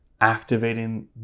activating